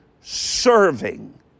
Serving